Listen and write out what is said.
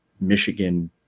Michigan